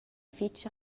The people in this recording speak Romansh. fetg